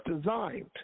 designed